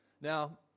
Now